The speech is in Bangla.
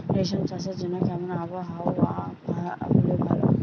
রেশম চাষের জন্য কেমন আবহাওয়া হাওয়া হলে ভালো?